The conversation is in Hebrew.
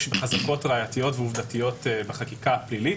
בחשיפות ראייתיות ועובדתיות בחקיקה הפלילית.